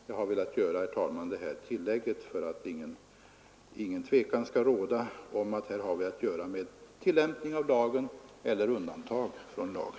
Jag har, herr talman, velat göra detta tillägg för att ingen tvekan skall råda om att vad vi här har att göra med är tillämpning av lagen eller undantag från lagen.